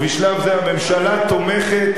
בשלב זה הממשלה תומכת